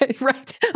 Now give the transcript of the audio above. Right